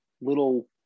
little